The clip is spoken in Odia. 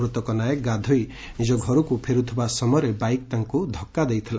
ମୃତକ ନାଏକ ଗାଧୋଇ ନିଜ ଘରକୁ ଫେରୁଥିବା ସମୟରେ ବାଇକ ତାଙ୍କୁ ଧକ୍କା ଦେଇଥିଲା